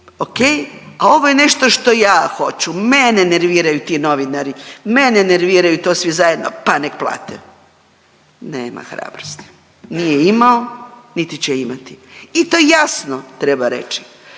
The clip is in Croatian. a ovo je nešto što ja hoću. Mene nerviraju ti novinari, mene nerviraju to svi zajedno pa nek' plate. Nema hrabrosti. Nije imao, niti će imati i to jasno treba reći.